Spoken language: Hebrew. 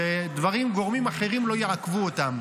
שדברים וגורמים אחרים לא יעכבו אותן.